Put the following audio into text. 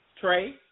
Trey